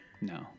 No